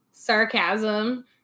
sarcasm